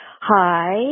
Hi